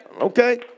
Okay